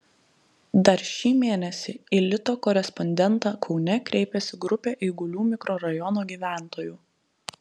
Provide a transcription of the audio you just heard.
dar šį mėnesį į lito korespondentą kaune kreipėsi grupė eigulių mikrorajono gyventojų